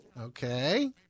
Okay